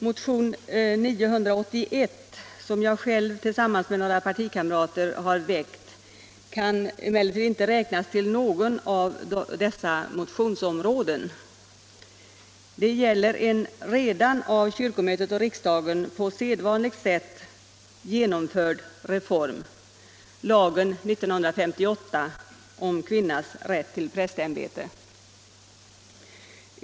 Motionen 981, som jag själv tillsammans med några partikamrater väckt, kan emellertid inte räknas till något av dessa motionsområden. Den gäller en redan av kyrkomötet och riksdagen på sedvanligt sätt genomförd reform — lagen 1958 om kvinnas rätt till prästämbete.